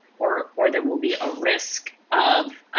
or or there will be a risk of